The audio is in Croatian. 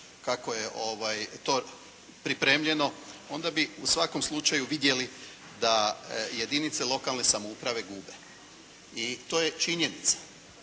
kako je to pripremljeno, onda bi u svakom slučaju vidjeli da jedinice lokalne samouprave gube. I to je činjenica.